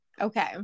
okay